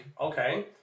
okay